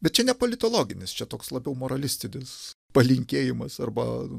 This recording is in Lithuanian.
bet čia ne politologinis čia toks labiau moralistinis palinkėjimas arba